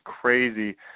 crazy